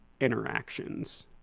interactions